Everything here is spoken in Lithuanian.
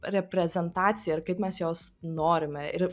reprezentacija ir kaip mes jos norime ir